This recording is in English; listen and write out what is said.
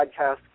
podcast